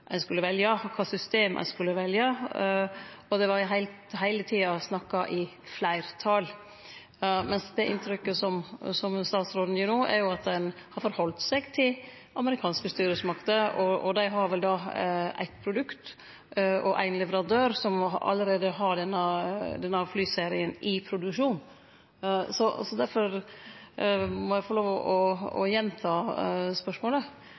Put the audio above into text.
heile tida snakka i fleirtal. Medan det inntrykket som statsråden gir no, er at ein har halde seg til amerikanske styresmakter, og dei har vel då eitt produkt og éin leverandør, som allereie har denne flyserien i produksjon. Difor må eg få lov til å gjenta spørsmålet,